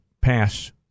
pass